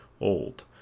old